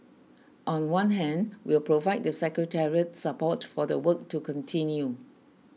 on one hand we'll provide the secretariat support for the work to continue